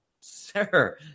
Sir